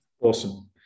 awesome